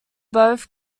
both